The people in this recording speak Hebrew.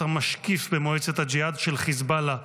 המשקיף במועצת הג'יהאד של חיזבאללה,